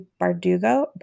Bardugo